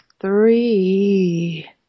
Three